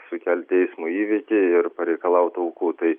sukelti eismo įvykį ir pareikalaut aukų tai